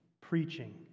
preaching